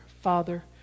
Father